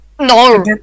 No